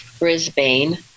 Brisbane